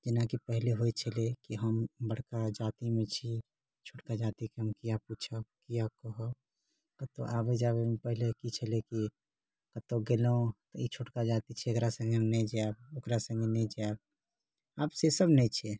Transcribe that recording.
जेनाकि पहिले होइ छलै कि हम बड़का जातिमे छी छोटका जातिके हम किया पुछब किया कहब कतहुँ आबै जाबैमे पहिले छलै कि कतहुँ गेलहुँ ई छोटका जाति छै एकरा सङ्गे हम नहि जाएब आब से सभ नहि छै